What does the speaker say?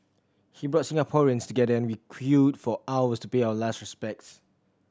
he brought Singaporeans together and we queued for hours to pay our last respects